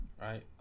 Right